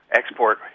export